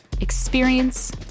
Experience